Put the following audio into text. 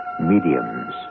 mediums